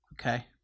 okay